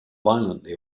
violently